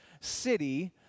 city